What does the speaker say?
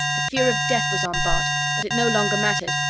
the fear of death was on bart, but it no longer mattered.